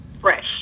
Fresh